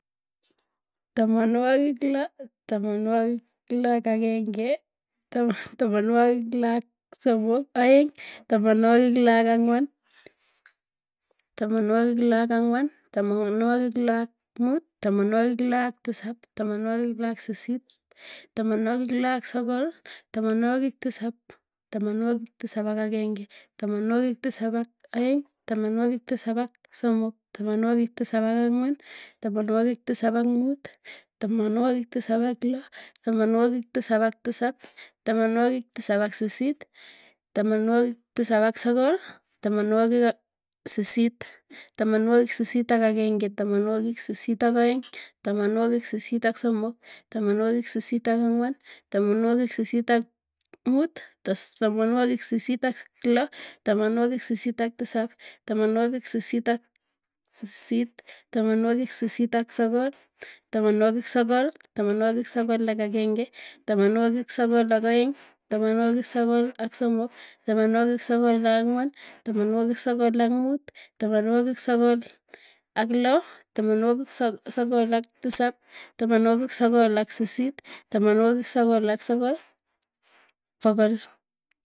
Tamanwagik loo, tamanwagik loo ak agenge, tamanwagik loo ak aeng, tamanwagik loo ak somok, tamanwagik loo ak ang; wan. tamanwagik loo ak mut. tamanwagik loo ak tamanwagik loo ak tisap, tamanwagik loo ak sisit, tamanwagik loo ak sokol. tamanwagik tisap ak ageng tamanwagik tisap ak agenge, tamanwaagik tisap ak aeng tamanawagik tisap ak somok. tamanwagik tisap ak angwan tamanwagik tisap ak muut tamanwagik tisap ak loo tamanwagik tisap tamanwagik tisap ak sisit, tamanwagik tisap ak sokol, tamanwagik tisap ak, tamanwagik sisit, tamanwagik sisit ak ageng'e, tamanwagik sisit ak aeng. sisit ak somok, tamanwagik sisit ak angwan, tamanwagik sisit ak muut, tamanwagik sisit ak loo, tamanwagik sisit ak tisap, tamanwagik sisit ak sisit, tamanwagik sisit ak sokol, tamanwagik sokol, tamanwagik sokol ak ageng'e, tamanwagik sokol ak aeng, tamanwagik sokol ak somok, tamanwagik sokol ak anwan, tamanwagik tamanwagik sokol ak muut, tamanwagik sokol ak loo, tamanwagik sokol ak tisap, tamanwagik sokol ak sisit, tamanwagik sokol ak sokol, pogol.